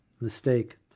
mistake